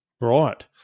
Right